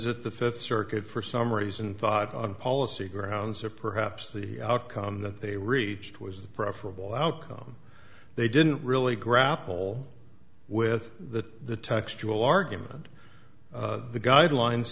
that the fifth circuit for some reason thought on policy grounds or perhaps the outcome that they reached was the preferable outcome they didn't really grapple with the textual argument the guidelines